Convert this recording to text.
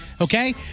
okay